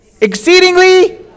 exceedingly